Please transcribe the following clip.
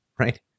right